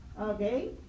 okay